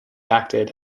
acted